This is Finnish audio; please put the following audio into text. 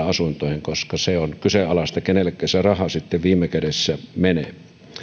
asuntoihin koska se on kyseenalaista kenellekä se raha sitten viime kädessä menee